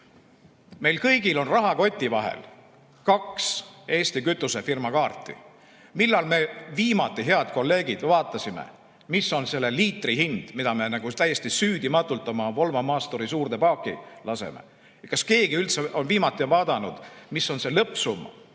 Meil kõigil on rahakoti vahel kaks Eesti kütusefirma kaarti. Millal me viimati, head kolleegid, vaatasime, mis on selle liitri hind, mida me täiesti süüdimatult oma Volvo maasturi suurde paaki laseme? Kas keegi üldse on viimati vaadanud, mis on lõppsumma?